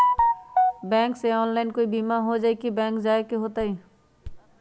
Bank से online कोई बिमा हो जाई कि बैंक जाए के होई त?